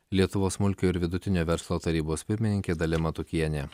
lietuvos smulkiojo ir vidutinio verslo tarybos pirmininkė dalia matukienė